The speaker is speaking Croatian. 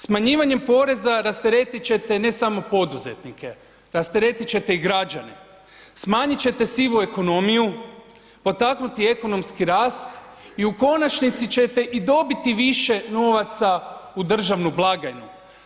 Smanjivanjem poreza rasteretit ćete ne samo poduzetnike, rasteretit ćete i građane, smanjit ćete sivu ekonomiju, potaknuti ekonomski rast i u konačnici ćete i dobiti više novaca u državnu blagajnu.